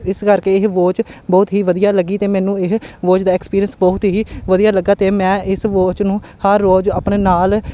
ਇਸ ਕਰਕੇ ਇਹ ਵੋਚ ਬਹੁਤ ਹੀ ਵਧੀਆ ਲੱਗੀ ਅਤੇ ਮੈਨੂੰ ਇਹ ਵੋਚ ਦਾ ਐਕਸਪੀਰੀਅੰਸ ਬਹੁਤ ਹੀ ਵਧੀਆ ਲੱਗਾ ਅਤੇ ਮੈਂ ਇਸ ਵੋਚ ਨੂੰ ਹਰ ਰੋਜ਼ ਆਪਣੇ ਨਾਲ